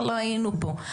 לא היינו פה.